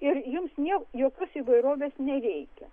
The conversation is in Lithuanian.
ir jums niekas jokios įvairovės nereikia